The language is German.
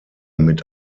mit